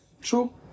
true